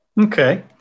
Okay